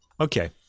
Okay